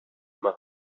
machen